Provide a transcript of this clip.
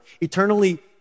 eternally